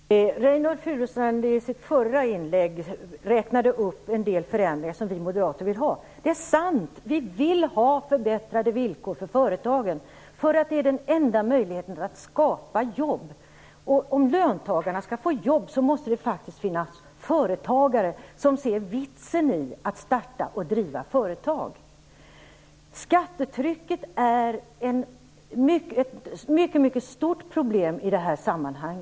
Herr talman! Reynoldh Furustrand räknade i sitt förra inlägg upp en del förändringar som vi moderater vill ha. Det är sant. Vi vill ha förbättrade villkor för företagen för att det är den enda möjligheten att skapa jobb. Om löntagarna skall få jobb måste det faktiskt finnas företagare som ser vitsen med att starta och driva företag. Skattetrycket är ett mycket stort problem i detta sammanhang.